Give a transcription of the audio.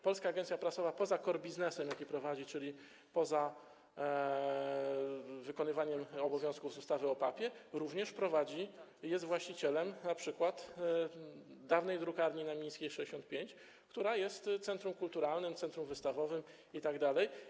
Polska Agencja Prasowa poza core biznesem, jaki prowadzi, czyli poza wykonywaniem obowiązków z ustawy o PAP-ie, również jest właścicielem np. dawnej drukarni na Mińskiej 65, która jest centrum kulturalnym, centrum wystawowym itd.